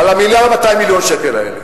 על ה-1.2 מיליארד שקל האלה.